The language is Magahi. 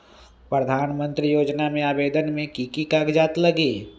प्रधानमंत्री योजना में आवेदन मे की की कागज़ात लगी?